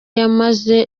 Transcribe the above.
yamaze